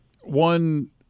One